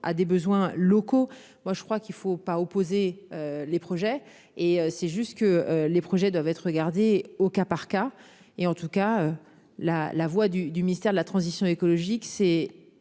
des besoins locaux. Moi je crois qu'il faut pas opposer les projets et c'est juste que les projets doivent être regardées au cas par cas et en tout cas la la voix du du ministère de la transition écologique, c'est